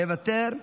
מוותר,